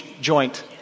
joint